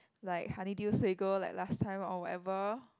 like honeydew sago like last time or whatever